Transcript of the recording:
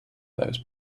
those